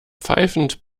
pfeifend